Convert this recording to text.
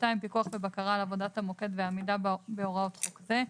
פיקוח ובקרה על עבודת המוקד והעמידה בהוראות חוק זה,